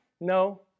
No